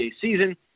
season